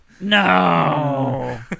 No